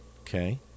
Okay